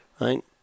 Right